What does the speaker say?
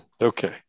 Okay